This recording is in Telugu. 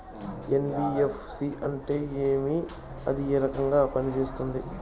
ఎన్.బి.ఎఫ్.సి అంటే ఏమి అది ఏ రకంగా పనిసేస్తుంది